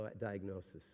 diagnosis